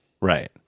Right